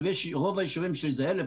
רוב היישובים שלי זה 1,000,